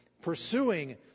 pursuing